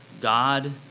God